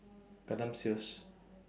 gundam sales